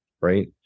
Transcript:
right